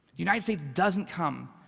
the united states doesn't come